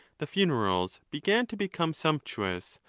the funerals began to become sumptuous,